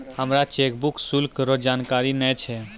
हमरा चेकबुक शुल्क रो जानकारी नै छै